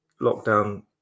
lockdown